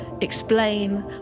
explain